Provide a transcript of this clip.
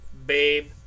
Babe